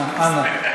אז אנא.